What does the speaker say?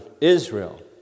Israel